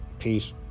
Peace